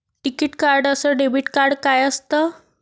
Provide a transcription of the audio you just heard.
टिकीत कार्ड अस debit card काय असत?